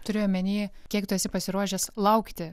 turiu omeny kiek tu esi pasiruošęs laukti